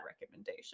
recommendation